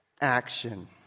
action